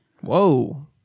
Whoa